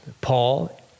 Paul